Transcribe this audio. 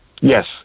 Yes